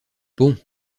bon